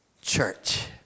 church